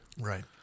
Right